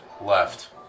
left